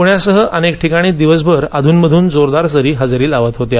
पुण्यासह अनेक ठिकाणी दिवसभर अधून मधून जोरदार सरी हजेरी लावत होत्या